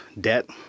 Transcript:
debt